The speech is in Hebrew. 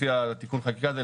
לפי תיקון החקיקה הזה,